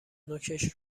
نوکش